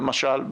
למשל,